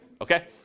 Okay